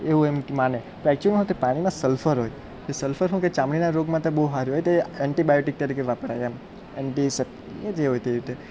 એવું એમ તે માને તો એક્ચુલીમાં શું થયું પાણીમાં સલ્ફર હોય તે સલ્ફર શું કે ચામડીના રોગ માટે બહુ સારું એતે એન્ટિબાયોટિક તરીકે વપરાય એમ એન્ટી સેપ એ જે હોય તેવી રીતે